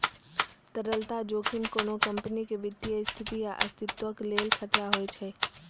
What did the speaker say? तरलता जोखिम कोनो कंपनीक वित्तीय स्थिति या अस्तित्वक लेल खतरा होइ छै